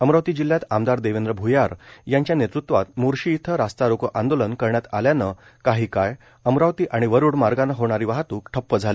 अमरावती जिल्ह्यात आमदार देवेंद्र भ्यार यांच्या नेतृत्वात मोर्शी इथं रास्ता रोको आंदोलन करण्यात आल्यानं काही काळ अमरावती आणि वरूड मार्गानं होणारी वाहतूक ठप्प झाली